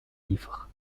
livres